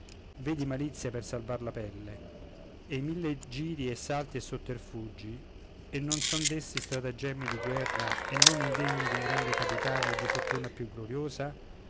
vedi malizia per salvare la pelle e i mille giri i salti i sotterfugi e non son dessi strattagemmi di guerra e non indegni d'un grande capitano e di fortuna più glorïosa